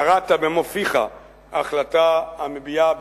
קראת במו-פיך החלטה המביעה,